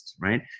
right